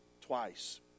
Twice